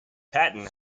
patton